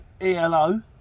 ELO